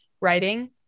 writing